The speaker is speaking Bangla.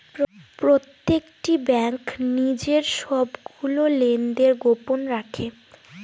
প্রত্যেকটি ব্যাঙ্ক নিজের সবগুলো লেনদেন গোপন রাখে